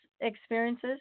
experiences